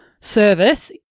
service